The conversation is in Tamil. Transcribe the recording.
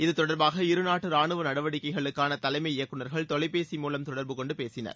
இது தொடர்பாக இருநாட்டு ரானுவ நடவடிக்கைகளுக்கான தலைமை இயக்குநர்கள் தொலைபேசி மூலம் தொடர்பு கொண்டு பேசினர்